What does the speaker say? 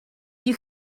you